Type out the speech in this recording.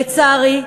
לצערי,